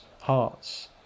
hearts